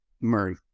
Murray